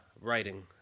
writing